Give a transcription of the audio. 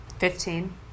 Fifteen